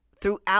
throughout